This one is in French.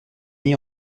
unis